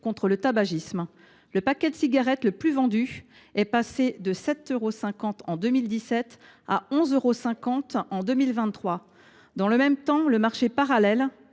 contre le tabagisme. Le paquet de cigarettes le plus vendu a vu son prix passer de 7,5 euros en 2017 à 11,5 euros en 2023. Dans le même temps, le marché parallèle